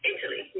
Italy